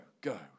go